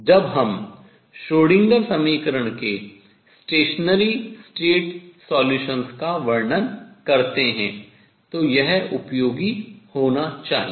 जब हम श्रोडिंगर समीकरण के स्थायी अवस्था हलों का वर्णन करते हैं तो यह उपयोगी होना चाहिए